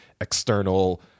external